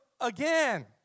again